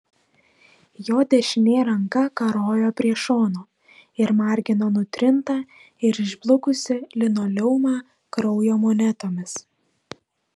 jo dešinė ranka karojo prie šono ir margino nutrintą ir išblukusį linoleumą kraujo monetomis